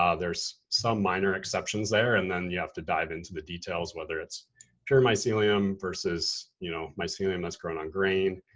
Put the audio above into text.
ah there's some minor exceptions there. and then you have to dive into the details, whether it's pure mycelium versus you know mycelium that's grown on grain.